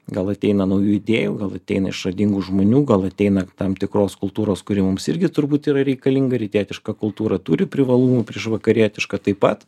gal ateina naujų idėjų gal ateina išradingų žmonių gal ateina tam tikros kultūros kuri mums irgi turbūt yra reikalinga rytietiška kultūra turi privalumų prieš vakarietišką taip pat